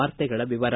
ವಾರ್ತೆಗಳ ವಿವರ